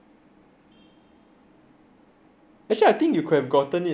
actually I think you could've gotten it eh like